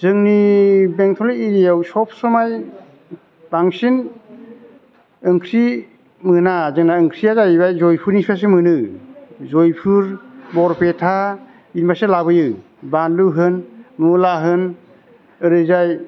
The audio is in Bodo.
जोंनि बेंथलनि एरियायाव सब समाय बांसिन ओंख्रि मोना जोंना ओंख्रिया जाहैबाय जयपुरनिफ्रायसो मोनो जयपुर बरपेटा बिनिफ्रायसो लाबोयो बानलु होन मुला होन ओरैजाय